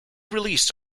released